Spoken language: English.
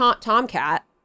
Tomcat